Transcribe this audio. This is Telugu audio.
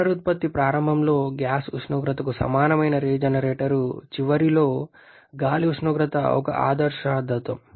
పునరుత్పత్తి ప్రారంభంలో గ్యాస్ ఉష్ణోగ్రతకు సమానమైన రీజెనరేటర్ చివరిలో గాలి ఉష్ణోగ్రత ఒక ఆదర్శ దృష్టాంతం